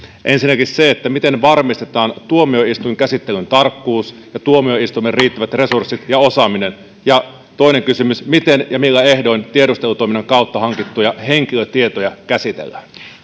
ensinnäkin sen miten varmistetaan tuomioistuinkäsittelyn tarkkuus ja tuomioistuimen riittävät resurssit ja osaaminen ja toinen kysymys miten ja millä ehdoin tiedustelutoiminnan kautta hankittuja henkilötietoja käsitellään